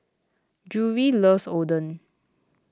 Drury loves Oden